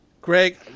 Greg